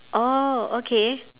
oh okay